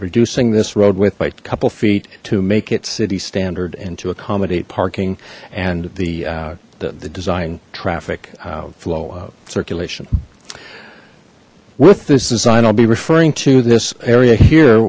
reducing this road width by couple feet to make it city standard and to accommodate parking and the design traffic flow of circulation with this design i'll be referring to this area here